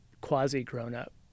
quasi-grown-up